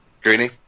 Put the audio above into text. Greeny